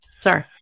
sorry